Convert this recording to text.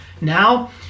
Now